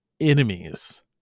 enemies